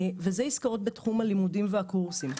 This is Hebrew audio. וזה עסקאות בתחום הלימודים והקורסים.